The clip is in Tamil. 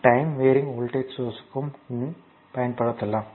டைம் வெரியிங் வோல்ட்டேஜ் சோர்ஸ்க்கும் பயன்படுத்தலாம்